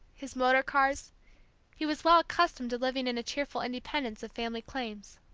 his motor-cars he was well accustomed to living in cheerful independence of family claims.